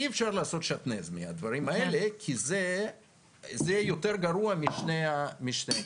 אי אפשר לעשות שעטנז מהדברים האלה כי זה יותר גרוע משתי הקצוות.